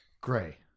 gray